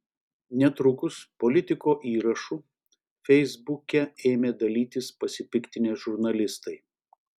netrukus politiko įrašu feisbuke ėmė dalytis pasipiktinę žurnalistai